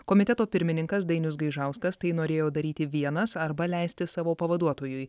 komiteto pirmininkas dainius gaižauskas tai norėjo daryti vienas arba leisti savo pavaduotojui